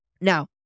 Now